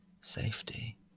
safety